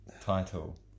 title